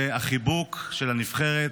זה החיבוק של הנבחרת,